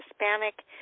hispanic